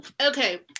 Okay